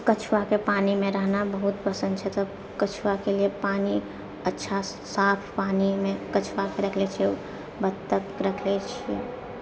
कछुआके पानीमे रहना बहुत पसन्द छै तब कछुआके लिए पानी अच्छा साफ पानीमे कछुआकऽ रखले छियै बत्तककऽ रखले छियै